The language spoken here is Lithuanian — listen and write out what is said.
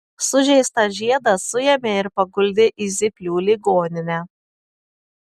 sužeistą žiedą suėmė ir paguldė į zyplių ligoninę